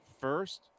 first